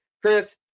Chris